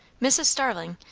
mrs. starling,